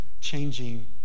changing